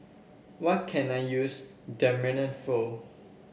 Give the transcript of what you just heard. what can I use Dermale for